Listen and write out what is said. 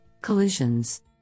collisions